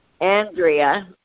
Andrea